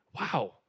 wow